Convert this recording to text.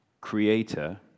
creator